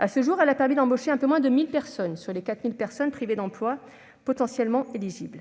À ce jour, elle a permis d'embaucher un peu moins de 1 000 personnes, sur les 4 000 personnes privées d'emploi potentiellement éligibles.